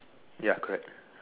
ya correct